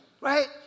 Right